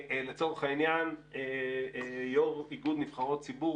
לצורך העניין, יו"ר איגוד נבחרות ציבור